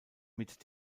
mit